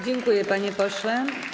Dziękuję, panie pośle.